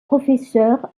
professeur